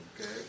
Okay